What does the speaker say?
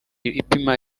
ipima